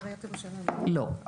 לא.